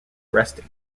resting